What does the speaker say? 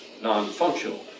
non-functional